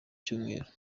icyumweru